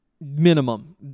minimum